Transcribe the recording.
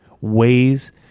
ways